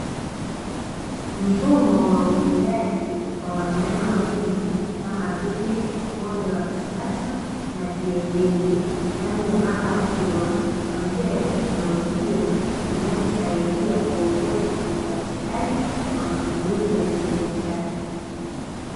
Mfumo wa ufugaji wa wanyama wengi kama vile: ng'ombe wa kisasa na kienyeji, ndani ya banda kubwa kwa njia ya teknolojia inayosaidia kuongeza uzalishaji wa matumizi ya kibiashara.